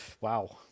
Wow